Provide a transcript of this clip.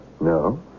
No